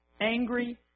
angry